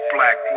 Black